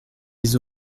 les